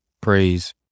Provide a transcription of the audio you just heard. Praise